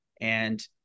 and-